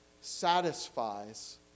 satisfies